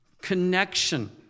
connection